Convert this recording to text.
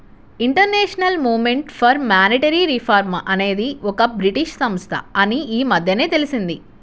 international movement for monetary reform అనేది ఒక British సంస్థ అని ఈ మధ్యనే తెలిసింది